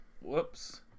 whoops